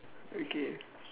okay